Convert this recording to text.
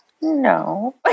No